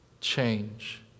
change